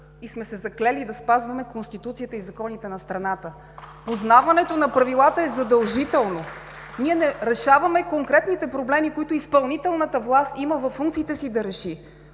и сме се заклели да спазваме Конституцията и законите на страната. (Ръкопляскания от ГЕРБ.) Познаването на правилата е задължително. Ние не решаваме конкретните проблеми, които изпълнителната власт има във функциите си да реши.